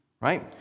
right